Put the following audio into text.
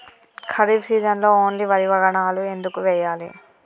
ఖరీఫ్ సీజన్లో ఓన్లీ వరి వంగడాలు ఎందుకు వేయాలి?